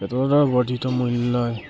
পেটৰ গা বৰ্ধিত মূল্যই